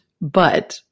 but-